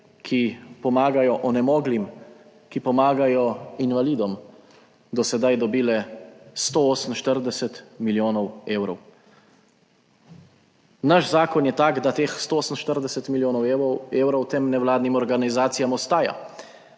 ki pomagajo onemoglim, ki pomagajo invalidom, do sedaj dobile 148 milijonov evrov. Naš zakon je tak, da teh 148 milijonov evrov tem nevladnim organizacijam ostaja,